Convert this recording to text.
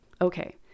Okay